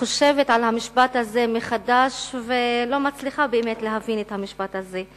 חושבת על המשפט הזה מחדש ולא מצליחה באמת להבין את המשפט הזה.